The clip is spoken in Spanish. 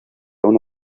una